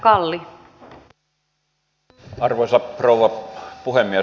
arvoisa rouva puhemies